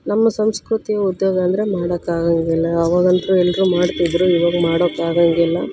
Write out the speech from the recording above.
ನಮ್ಮ ಸಂಸ್ಕೃತಿ ಉದ್ಯೋಗ ಅಂದರೆ ಮಾಡಕ್ಕೆ ಆಗೋಂಗಿಲ್ಲ ಅವಾಗಂತೂ ಎಲ್ಲರೂ ಮಾಡ್ತಿದ್ದರು ಇವಾಗ ಮಾಡೋಕ್ಕೆ ಆಗೋಂಗಿಲ್ಲ